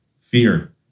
Fear